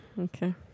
Okay